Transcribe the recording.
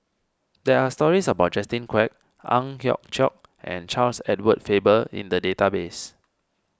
there are stories about Justin Quek Ang Hiong Chiok and Charles Edward Faber in the database